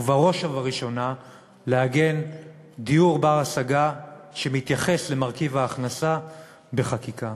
ובראש ובראשונה לעגן דיור בר-השגה שמתייחס למרכיב ההכנסה בחקיקה.